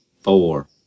Four